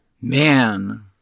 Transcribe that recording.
Man